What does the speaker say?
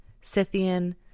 Scythian